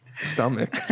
stomach